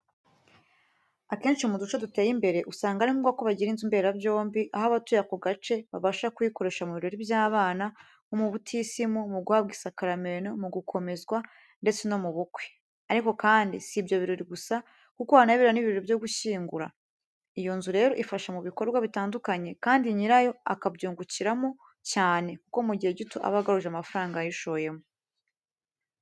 Akenshi mu duce duteye imbere, usanga ari ngombwa ko bagira inzu mberabyombi aho abatuye ako gace babasha kuyikoresha mu birori by’abana, nko mu butisimu, mu guhabwa isakaramentu, mu gukomezwa ndetse no mu bukwe. Ariko kandi, si ibyo birori gusa, kuko hanabera n’ ibirori byo gushyingura. Iyo nzu rero ifasha mu bikorwa bitandukanye, kandi nyirayo akabyungukiramo cyane, kuko mu gihe gito aba agaruje amafaranga yayishoyemo.